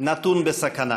נתון בסכנה.